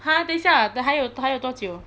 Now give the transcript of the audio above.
!huh! 等下 the 还有还有多久